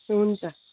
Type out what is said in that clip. हुन्छ